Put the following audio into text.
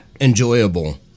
enjoyable